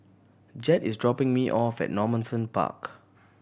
Jed is dropping me off at Normanton Park